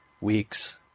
weeks